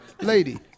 lady